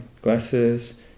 glasses